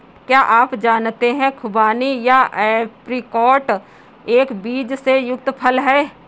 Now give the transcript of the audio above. क्या आप जानते है खुबानी या ऐप्रिकॉट एक बीज से युक्त फल है?